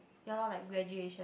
ya loh like graduation